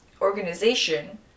organization